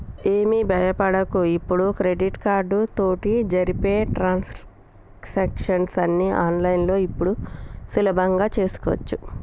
ఏమి భయపడకు ఇప్పుడు క్రెడిట్ కార్డు తోటి జరిపే ట్రాన్సాక్షన్స్ ని ఆన్లైన్లో ఇప్పుడు సులభంగా చేసుకోవచ్చు